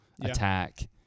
attack